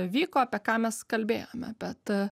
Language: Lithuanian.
vyko apie ką mes kalbėjome bet